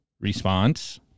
Response